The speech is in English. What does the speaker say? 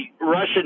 Russian